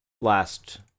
last